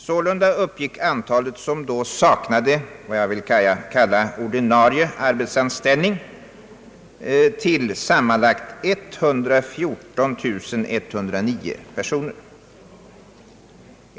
Sålunda uppgick antalet människor, som då saknade vad jag vill kalla ordinarie arbetsanställning, till sammanlagt 114109 personer.